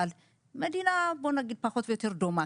אבל מדינה פחות או יותר דומה,